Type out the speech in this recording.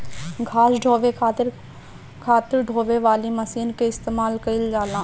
घास ढोवे खातिर खातिर ढोवे वाली मशीन के इस्तेमाल कइल जाला